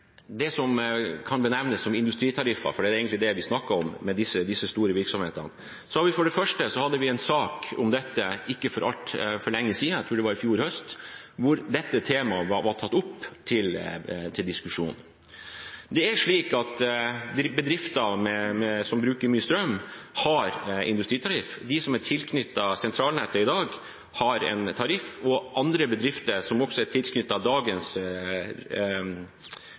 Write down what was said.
det som kan benevnes som industritariffer – det er egentlig det vi snakker om med disse store virksomhetene – hadde vi for det første en sak om dette for ikke altfor lenge siden, jeg tror det var i fjor høst, hvor dette temaet var tatt opp til diskusjon. Det er slik at bedrifter som bruker mye strøm, har industritariff, de som er tilknyttet sentralnettet i dag, har en tariff, og andre bedrifter som er tilknyttet dagens regionalnett, har også